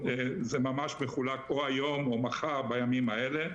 זה ממש מחולק או היום או מחר, בימים האלה.